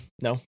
No